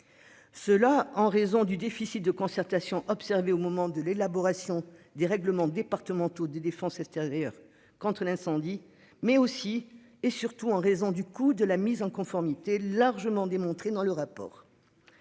Cela en raison du déficit de concertation observée au moment de l'élaboration des règlements départementaux des défenses extérieure contre l'incendie mais aussi et surtout en raison du coût de la mise en conformité largement démontré dans le rapport.